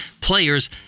players